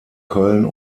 köln